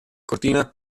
cortina